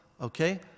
okay